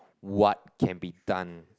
what can be done